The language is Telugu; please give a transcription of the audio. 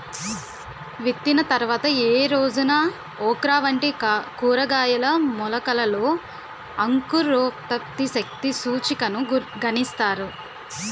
విత్తిన తర్వాత ఏ రోజున ఓక్రా వంటి కూరగాయల మొలకలలో అంకురోత్పత్తి శక్తి సూచికను గణిస్తారు?